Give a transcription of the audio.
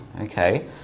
okay